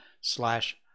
slash